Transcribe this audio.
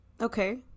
okay